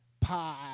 pie